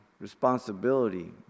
responsibility